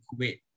Kuwait